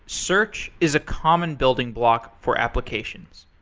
search is a common building block for applications.